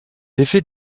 effets